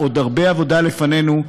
עוד הרבה עבודה לפנינו,